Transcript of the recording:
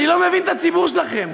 אני לא מבין את הציבור שלכם,